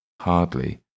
Hardly